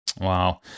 Wow